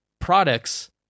products